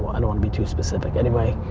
i don't wanna be too specific. anyway,